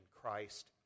Christ